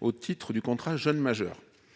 au titre du contrat jeune majeur.